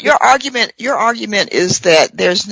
your argument your argument is that there's